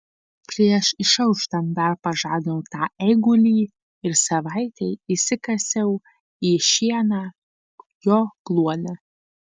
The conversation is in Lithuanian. prieš išauštant dar pažadinau tą eigulį ir savaitei įsikasiau į šieną jo kluone